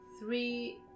three